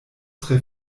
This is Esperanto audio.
tre